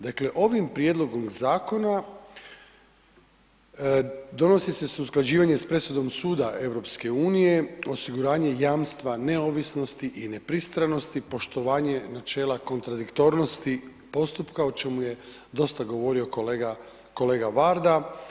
Dakle, ovim prijedlogom zakona donosi se usklađivanje s presudom suda EU, osiguranje jamstva neovisnosti i nepristranosti, poštovanje načela kontradiktornosti postupka, o čemu je dosta govorio kolega Varda.